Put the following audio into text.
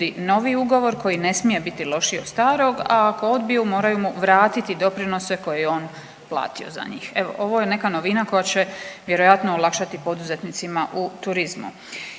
novi ugovor koji ne smije biti lošiji od starog, a ako odbiju moraju mu vratiti doprinose koje je on platio za njih. Evo ovo je neka novina koja će vjerojatno olakšati poduzetnicima u turizmu.